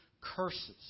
curses